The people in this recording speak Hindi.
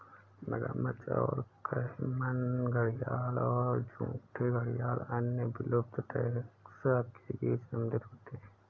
मगरमच्छ और कैमन घड़ियाल और झूठे घड़ियाल अन्य विलुप्त टैक्सा के बीच शामिल होते हैं